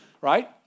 right